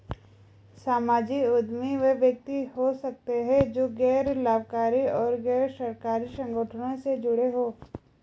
सामाजिक उद्यमी वे व्यक्ति हो सकते हैं जो गैर लाभकारी और गैर सरकारी संगठनों से जुड़े हों